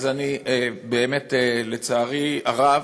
אני באמת, לצערי הרב,